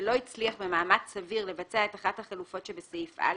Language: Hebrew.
שלא הצליח במאמץ סביר לבצע את אחת החלופות שבסעיף (א),